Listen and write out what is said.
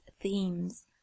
themes